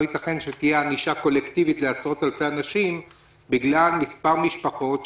לא ייתכן שתהיה ענישה קולקטיבית לעשרות אלפי אנשים בגלל מספר משפחות.